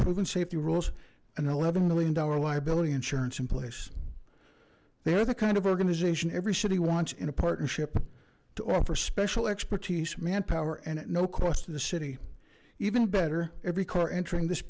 proven safety rules an eleven million dollar liability insurance in place they are the kind of organization every city wants in a partnership to offer special expertise manpower and at no cost to the city even better every car entering this